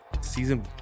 Season